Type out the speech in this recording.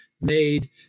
made